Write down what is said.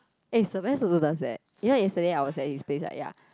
eh Sebas also does that leh you know yesterday I was at his place like ya